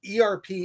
erp